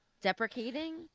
deprecating